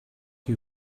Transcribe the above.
you